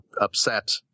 upset